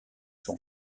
son